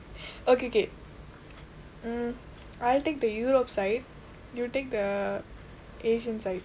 okay K mm I'll take the europe side you take the asia side